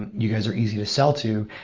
and you guys are easy to sell to.